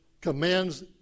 commands